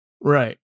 right